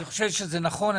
אני חושב שזה נכון.